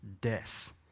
death